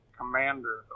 commander